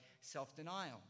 self-denial